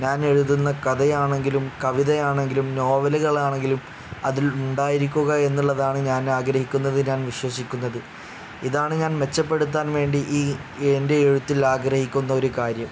ഞാൻ എഴുതുന്ന കഥയാണെങ്കിലും കവിതയാണെങ്കിലും നോവലുകളാണെങ്കിലും അതിൽ ഉണ്ടായിരിക്കുക എന്നുള്ളതാണ് ഞാൻ ആഗ്രഹിക്കുന്നത് ഞാൻ വിശ്വസിക്കുന്നത് ഇതാണ് ഞാൻ മെച്ചപ്പെടുത്താൻ വേണ്ടി ഈ എൻ്റെ എഴുത്തിൽ ആഗ്രഹിക്കുന്ന ഒരു കാര്യം